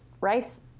rice